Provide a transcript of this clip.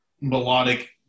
melodic